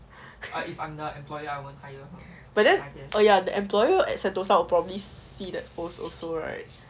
but then oh ya the employer at sentosa will probably see that post also right